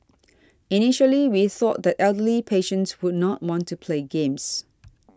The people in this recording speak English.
initially we thought that elderly patients would not want to play games